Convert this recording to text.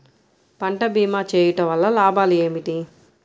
పంట భీమా చేయుటవల్ల లాభాలు ఏమిటి?